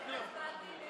אני אביא את זה בחשבון.